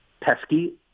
pesky